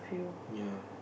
ya